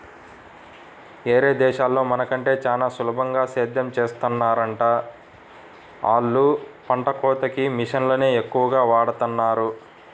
యేరే దేశాల్లో మన కంటే చానా సులభంగా సేద్దెం చేత్తన్నారంట, ఆళ్ళు పంట కోతకి మిషన్లనే ఎక్కువగా వాడతన్నారు